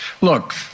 Look